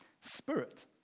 Spirit